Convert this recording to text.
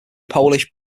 polish